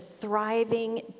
thriving